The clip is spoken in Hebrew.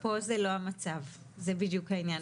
פה זה לא המצב, זה בדיוק העניין.